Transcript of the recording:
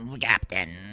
Captain